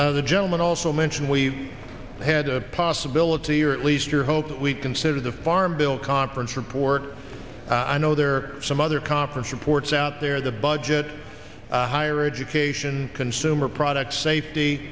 seat the gentleman also mentioned we had a possibility or at least your hope that we consider the farm bill conference report i know there are some other conference reports out there the budget higher education consumer product safety